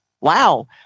Wow